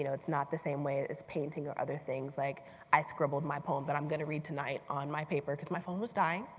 you know it's not the same way as painting or other things like i scribbled my poem that i'm going to read tonight on my paper because my phone was dying.